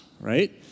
right